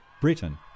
Britain